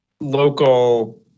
local